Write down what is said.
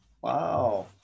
Wow